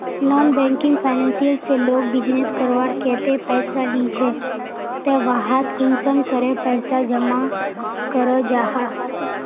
Non banking financial से लोग business करवार केते पैसा लिझे ते वहात कुंसम करे पैसा जमा करो जाहा?